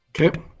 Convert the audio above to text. Okay